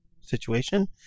situation